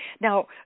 Now